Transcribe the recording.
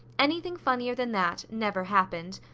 anything funnier than that, never happened.